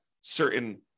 certain